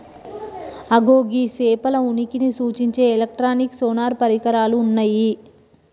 అగో గీ సేపల ఉనికిని సూచించే ఎలక్ట్రానిక్ సోనార్ పరికరాలు ఉన్నయ్యి